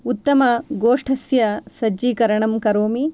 उत्तमगोष्ठस्य सज्जीकरणं करोमि